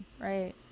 right